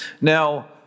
Now